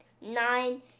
nine